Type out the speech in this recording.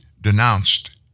denounced